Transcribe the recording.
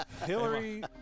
Hillary